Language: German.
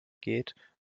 geht